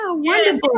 wonderful